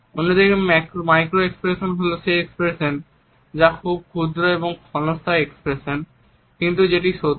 অন্যদিকে micro expression হল সেই এক্সপ্রেশন যা খুব ক্ষুদ্র ও ক্ষণস্থায়ী এক্সপ্রেশন কিন্তু সেটি সত্য